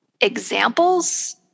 examples